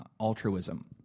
altruism